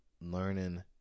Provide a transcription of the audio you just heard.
learning